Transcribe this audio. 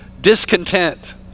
discontent